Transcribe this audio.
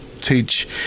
teach